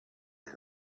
den